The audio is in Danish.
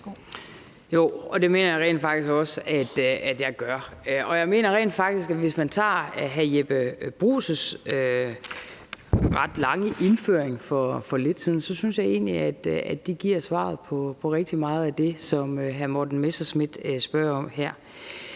Jo, det mener jeg rent faktisk også at jeg gør. Jeg synes egentlig, at hr. Jeppe Bruus' ret lange indføring for lidt siden giver svaret på rigtig meget af det, som hr. Morten Messerschmidt spørger om her.